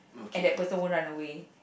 and that person won't run away